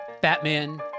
Batman